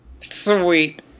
Sweet